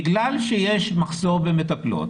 בגלל שיש מחסור במטפלות,